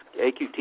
AQT